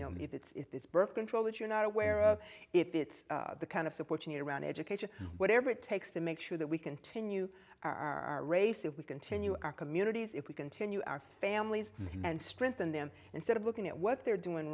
you know if it's this birth control that you're not aware of if it's the kind of support and around education whatever it takes to make sure that we continue our race if we continue our communities if we continue our families and strengthen them instead of looking at what they're doing